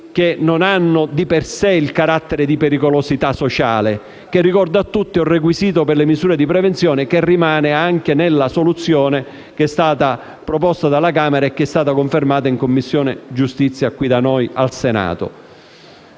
che non hanno di per sé il carattere di pericolosità sociale, che - lo ricordo a tutti - è un requisito per le misure di prevenzione che rimane anche nella soluzione proposta dalla Camera e confermata in Commissione giustizia al Senato.